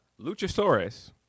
Luchasaurus